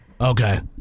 Okay